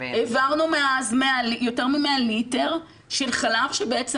העברנו מאז יותר מ-100 ליטר של חלב שבעצם